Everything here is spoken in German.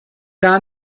gar